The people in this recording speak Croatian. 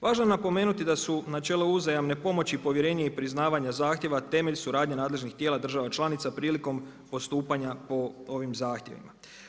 Važno je napomenuti da su načelo uzajamne pomoći, povjerenje i priznavanje zahtjeva temelj suradnje nadležnih tijela država članica, prilikom postupanja po ovim zahtjevima.